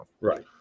Right